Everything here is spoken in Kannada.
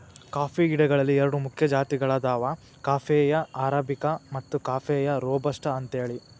ಕಾಫಿ ಗಿಡಗಳಲ್ಲಿ ಎರಡು ಮುಖ್ಯ ಜಾತಿಗಳದಾವ ಕಾಫೇಯ ಅರಾಬಿಕ ಮತ್ತು ಕಾಫೇಯ ರೋಬಸ್ಟ ಅಂತೇಳಿ